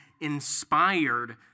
inspired